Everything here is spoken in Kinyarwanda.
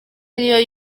niyo